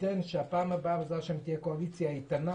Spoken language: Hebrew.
ייתן יד לכך שבפעם הבאה תהיה קואליציה איתנה,